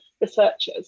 researchers